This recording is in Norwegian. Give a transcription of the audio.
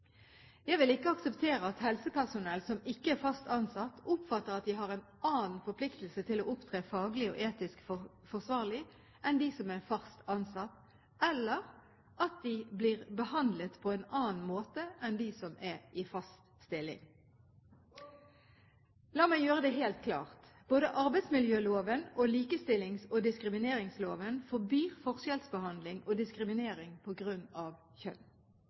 Jeg vil ikke akseptere at helsepersonell som ikke er fast ansatt, oppfatter at de har en annen forpliktelse til å opptre faglig og etisk forsvarlig enn dem som er fast ansatt, eller at de blir behandlet på en annen måte enn dem som er i fast stilling. La meg gjøre det helt klart: Både arbeidsmiljøloven og likestillings- og diskrimineringsloven forbyr forskjellsbehandling og diskriminering på grunn av kjønn.